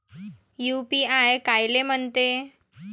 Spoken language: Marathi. यू.पी.आय कायले म्हनते?